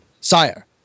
Sire